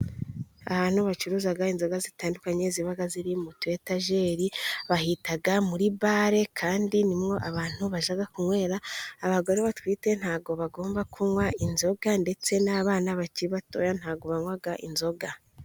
Ahantu bacuruza inzoga zitandukanye ziba ziri mu tu etageri, bahitaga muri bale. Kandi niho abantu bajya kunywera. Abagore batwite ntabwo bagomba kunywa inzoga ndetse n'abana bakiri batoya ntabwo banywa inzoga.